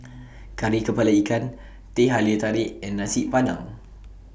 Kari Kepala Ikan Teh Halia Tarik and Nasi Padang